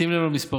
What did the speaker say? שים לב למספרים,